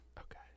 Okay